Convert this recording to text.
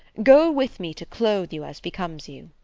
go with me to clothe you as becomes you.